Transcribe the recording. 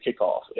kickoff